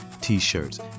t-shirts